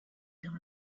dans